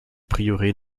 prieuré